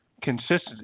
consistency